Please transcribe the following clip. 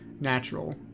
natural